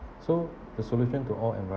so the solution to all envi~